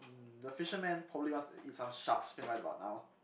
the fisherman probably wants to eat some shark's fin right about now